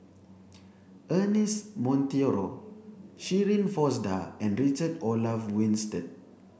Ernest Monteiro Shirin Fozdar and Richard Olaf Winstedt